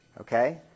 Okay